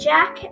Jack